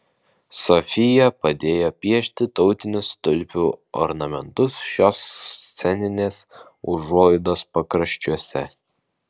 sofija padėjo piešti tautinius tulpių ornamentus šios sceninės užuolaidos pakraščiuose